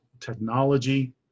technology